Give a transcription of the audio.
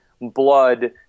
blood